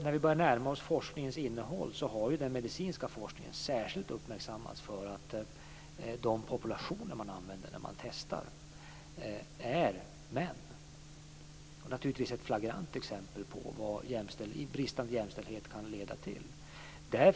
När vi börjar närma oss forskningens innehåll kan det sägas att den medicinska forskningen särskilt uppmärksammats för att de populationer som används när man testar är män. Det är naturligtvis ett flagrant exempel på vad bristande jämställdhet kan leda till.